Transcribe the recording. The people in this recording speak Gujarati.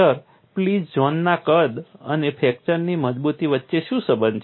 સર પ્લાસ્ટિક ઝોનના કદ અને ફ્રેક્ચરની મજબૂતી વચ્ચે શું સંબંધ છે